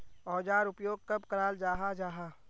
औजार उपयोग कब कराल जाहा जाहा?